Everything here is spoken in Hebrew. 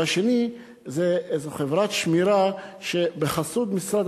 והשני זה איזו חברת שמירה בחסות משרד